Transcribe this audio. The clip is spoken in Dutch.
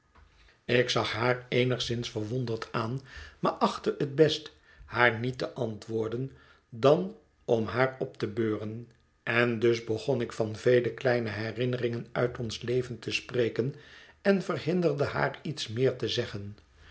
ik zag haar eenigszins verwonderd aan maar achtte het best haar niet te antwoorden dan om haar op te beuren en dus begon ik van vele kleine herinneringen uit ons leven te spreken en verhinderde haar iets meer te zeggen